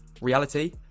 Reality